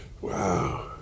Wow